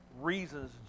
reasons